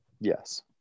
Yes